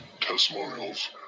testimonials